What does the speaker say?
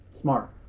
Smart